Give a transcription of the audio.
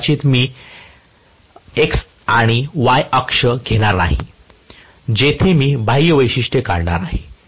तर मी कदाचित X आणि Y अक्ष घेणार नाही जेथे मी बाह्य वैशिष्ट्ये काढणार आहे